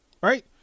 right